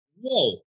whoa